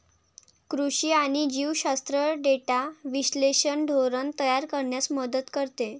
कृषी आणि जीवशास्त्र डेटा विश्लेषण धोरण तयार करण्यास मदत करते